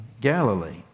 Galilee